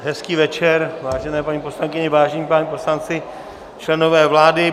Hezký večer, vážené paní poslankyně, vážení páni poslanci, členové vlády.